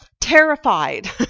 terrified